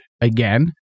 again